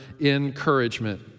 encouragement